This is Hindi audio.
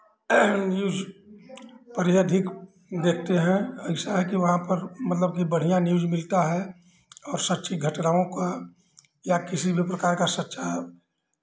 न्यूज़ पर अधिक देखते हैं ऐसा है कि वहाँ पर मतलब कि बढ़ियाँ न्यूज़ मिलता है और सच्ची घटनाओं का या किसी भी प्रकार का सच्चा